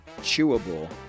chewable